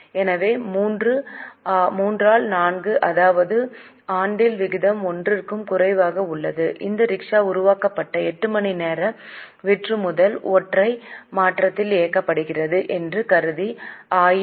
எனவே 3 ஆல் 4 அதாவது ஆண்டில் விகிதம் 1 க்கும் குறைவாக உள்ளது இந்த ரிக்ஷா உருவாக்கப்பட்ட 8 மணிநேர விற்றுமுதல் ஒற்றை மாற்றத்தில் இயக்கப்படுகிறது என்று கருதி 1000